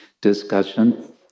discussion